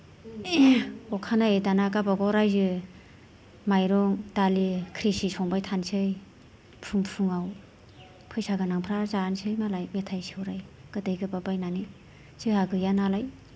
अखानायै दाना गावबा गाव राइजो माइरं दालि खिस्रि संबाय थानोसै फुं फुंआव फैसा गोनांफ्रा जानोसै मालाय मेथाय सौराय गोदै गोबाब बायनानै जोंहा गैया नालाय